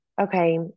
okay